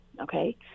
Okay